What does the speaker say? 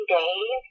days